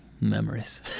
Memories